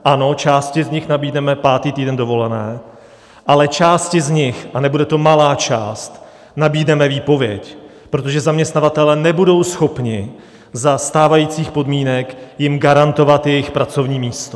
Ano, části z nich nabídneme pátý týden dovolené, ale části z nich a nebude to malá část nabídneme výpověď, protože zaměstnavatelé nebudou schopni za stávajících podmínek garantovat jejich pracovní místo.